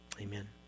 amen